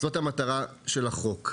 בדיון הקודם,